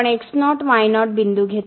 आणि उदाहरणार्थ आपण x0 y0 बिंदू घेतल्यास